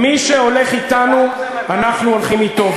מי שהולך אתנו, אנחנו הולכים אתו.